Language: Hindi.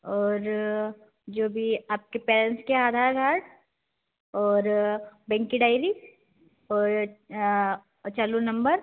और जो भी आपके पैरेंट्स के आधार कार्ड और बेंक की डायरी और और चालू नम्बर